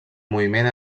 moviment